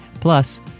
plus